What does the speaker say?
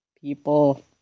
people